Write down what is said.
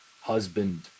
husband